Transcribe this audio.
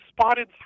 spotted